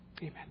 Amen